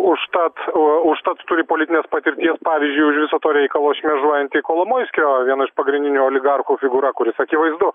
užtat užtat turi politinės patirties pavyzdžiui už viso to reikalo šmėžuojanti kolomoiskio viena iš pagrindinių oligarchų figūra kuri akivaizdu